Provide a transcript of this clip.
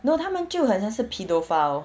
no 他们就好像是 paedophile